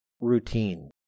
routine